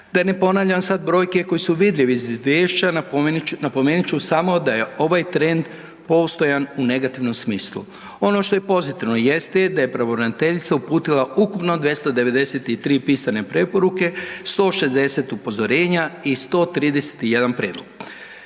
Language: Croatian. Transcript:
Da ne ponavljam sad brojke koje su vidljive iz izvješća, napomenut ću samo da je ovaj trend postojan u negativnom smislu. Ono što je pozitivno jeste je da je pravobraniteljica uputila ukupno 293 pisane preporuke, 160 upozorenja i 131 prijedlog.